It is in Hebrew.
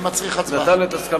זה מצריך הצבעה.